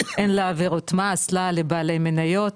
אין לה עבירות מס לה לבעלי מניות,